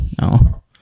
no